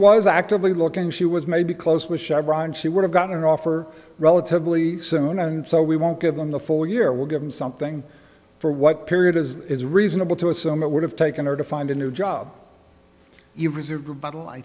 was actively looking she was maybe close with chevron she would have gotten an offer relatively soon and so we won't give them the four year we'll give them something for what period is reasonable to assume that would have taken her to find a new job you reserved rebuttal i